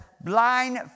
blind